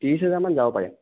ত্ৰিশ হাজাৰ মান যাব পাৰে